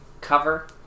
cover